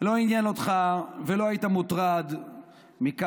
ולא עניין אותך ולא היית מוטרד מכך